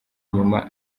nyuma